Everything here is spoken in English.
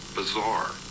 bizarre